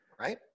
Right